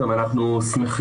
גם אנחנו שמחים.